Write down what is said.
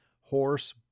horse